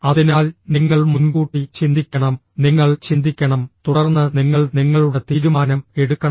അതിനാൽ നിങ്ങൾ മുൻകൂട്ടി ചിന്തിക്കണം നിങ്ങൾ ചിന്തിക്കണം തുടർന്ന് നിങ്ങൾ നിങ്ങളുടെ തീരുമാനം എടുക്കണം